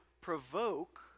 provoke